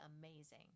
amazing